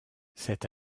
cette